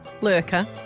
lurker